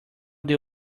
that